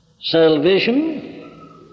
Salvation